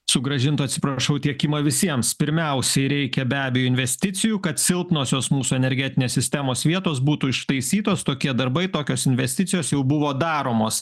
sugrąžintų atsiprašau tiekimą visiems pirmiausiai reikia be abejo investicijų kad silpnosios mūsų energetinės sistemos vietos būtų ištaisytos tokie darbai tokios investicijos jau buvo daromos